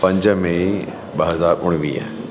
पंज मेइ ॿ हज़ार उणिवीह